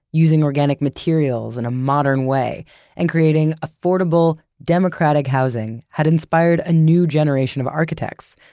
using organic materials in a modern way and creating affordable, democratic housing had inspired a new generation of architects,